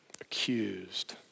accused